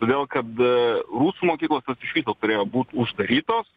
todėl kad rusų mokyklos iš viso turėjo būt uždarytos